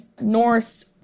Norse